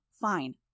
Fine